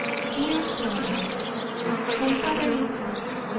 dear philemon my father is worse.